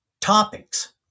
topics